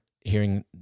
hearing